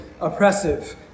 oppressive